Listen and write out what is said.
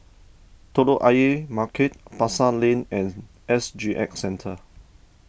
Telok Ayer Market Pasar Lane and S G X Centre